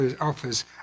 offers